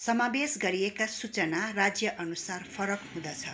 समावेश गरिएका सूचना राज्यअनुसार फरक हुँदछ